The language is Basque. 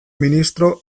ministro